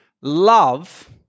love